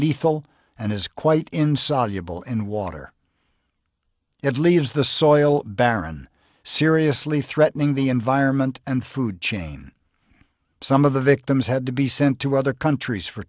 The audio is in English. lethal and is quite insoluble in water it leaves the soil barren seriously threatening the environment and food chain some of the victims had to be sent to other countries for